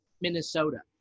Minnesota